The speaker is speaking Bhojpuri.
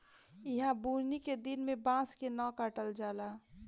ईहा बुनी के दिन में बांस के न काटल जाला